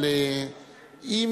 אבל אם